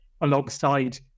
alongside